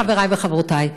חברי וחברותי,